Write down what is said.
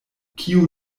kio